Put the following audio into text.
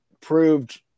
proved